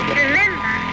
remember